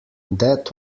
that